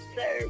Sir